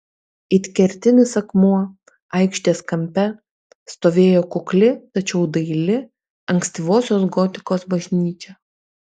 it kertinis akmuo aikštės kampe stovėjo kukli tačiau daili ankstyvosios gotikos bažnyčia